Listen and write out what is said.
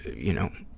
you know,